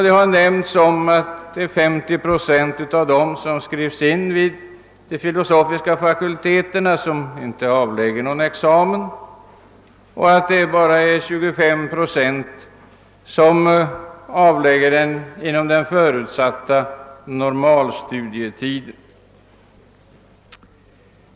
Det har nämnts att 30 procent av dem som skrivs in vid de filosofiska fakulteterna inte avlägger någon examen och att bara 25 procent avlägger examen inom den förutsatta normalstudietiden.